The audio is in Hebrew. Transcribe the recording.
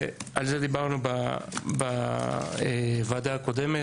ועל זה דיברנו בוועדה הקודמת.